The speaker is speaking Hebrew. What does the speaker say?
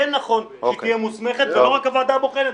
נכון שהיא תהיה מוסמכת ולא רק הוועדה הבוחנת.